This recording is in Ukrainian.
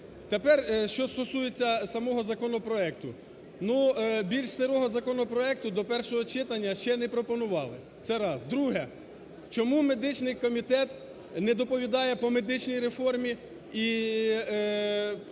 Тепер що стосується самого законопроекту. Ну, більш "сирого" законопроекту до першого читання ще не пропонували. Це раз. Друге. Чому медичний комітет не доповідає по медичній реформі з